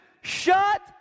Shut